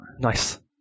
Nice